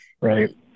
Right